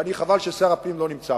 שאני נאבק בתוך